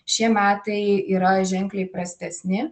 šie metai yra ženkliai prastesni